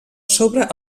sobre